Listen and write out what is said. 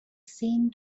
seen